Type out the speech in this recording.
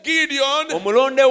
Gideon